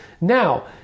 Now